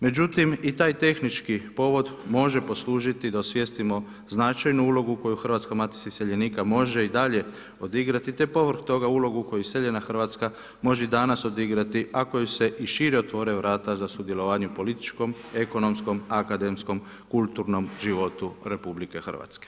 Međutim i taj tehnički povod može poslužiti da osvijestimo značajnu ulogu koju Hrvatska Matica iseljenika može i dalje odigrati te povrh toga ulogu koju iseljena Hrvatska može i danas odigrati ako joj se i šire otvore vrata za sudjelovanje u političkom, ekonomskom, akademskom, kulturnom životu RH.